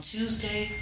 Tuesday